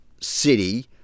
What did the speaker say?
city